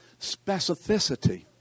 specificity